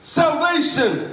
salvation